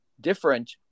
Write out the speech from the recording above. different